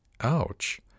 Ouch